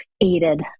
aided